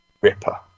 Ripper